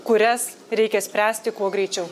kurias reikia spręsti kuo greičiau